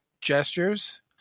gestures